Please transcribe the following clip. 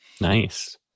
Nice